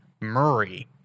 Murray